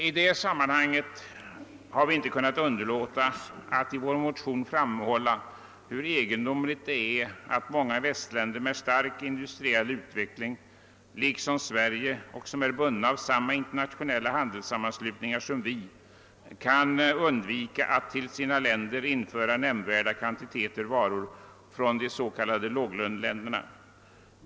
I det sammanhanget har vi inte kunnat underlåta att i vår motion framhålla hur egendomligt det är att många västländer, med stark industriell utveckling liksom Sverige och som är bundna i samma internationella handelssammanslutningar som vi, kan undvika att till sina länder införa nämnvärda kvantiteter varor från de s.k. låglöneländerna.